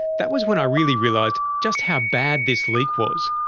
that was when i really realised just how bad this leak was.